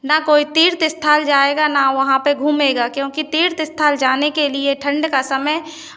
ना कोई तीर्थ स्थल जाएगा ना कोई वहाँ पे घूमेगा क्योंकि तीर्थ स्थल जाने के लिए ठंड का समय